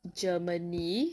germany